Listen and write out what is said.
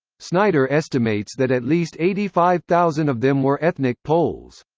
snyder estimates that at least eighty-five thousand of them were ethnic poles.